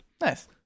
nice